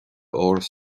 áras